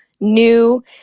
New